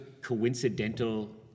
coincidental